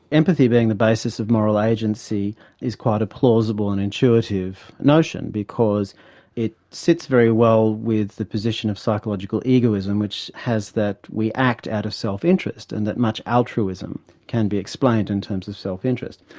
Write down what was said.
empathy being the basis of moral agency is quite a plausible and intuitive notion, because it sits very well with the position of psychological egoism which has that we act out of self interest, and that much altruism can be explained in terms of self interest.